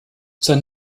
sein